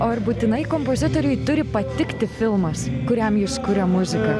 o ar būtinai kompozitoriui turi patikti filmas kuriam jis kuria muziką